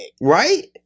Right